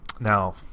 Now